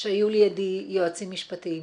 שהיו לידי יועצים משפטיים,